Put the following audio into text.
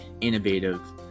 innovative